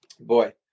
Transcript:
Boy